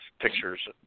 pictures